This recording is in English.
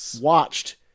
watched